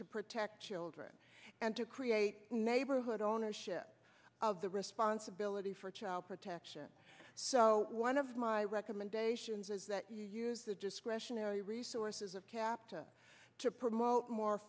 to protect children and to create neighborhood ownership of the responsibility for child protection so one of my recommendations is that you use the discretionary resources of captive to promote more